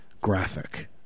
graphic